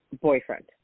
boyfriend